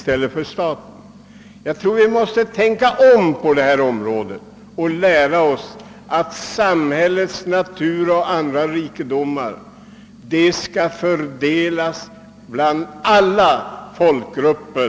Jag tror att vi måste tänka om på detta område och lära oss, att samhällets naturrikedomar och andra tillgångar skall fördelas bland alla folkgrupper.